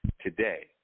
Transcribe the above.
today